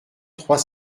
trois